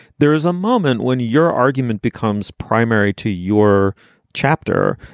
there is a moment when your argument becomes primary to your chapter.